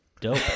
dope